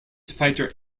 fighter